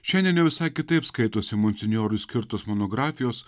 šiandien jau visai kitaip skaitosi monsinjorui skirtos monografijos